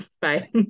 bye